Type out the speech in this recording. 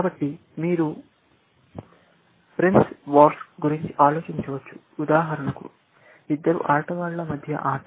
కాబట్టి మీరు price wars గురించి ఆలోచించవచ్చు ఉదాహరణకు ఇద్దరు ఆటగాళ్ళ మధ్య ఆట